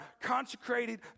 consecrated